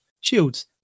shields